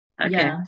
okay